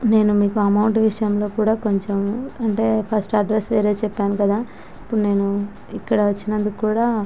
నేను మీకు అమౌంట్ విషయంలో కూడా కొంచెం అంటే ఫస్ట్ అడ్రెస్స్ వేరే చెప్పాను కదా ఇపుడు నేను ఇక్కడ వచ్చినందుకు కూడా